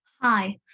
hi